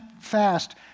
fast